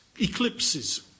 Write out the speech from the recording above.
eclipses